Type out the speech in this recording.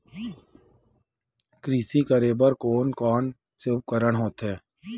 कृषि करेबर कोन कौन से उपकरण होथे?